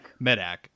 Medak